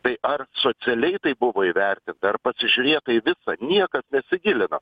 tai ar socialiai tai buvo įvertinta ar pasižiūrėta į viską niekas nesigilino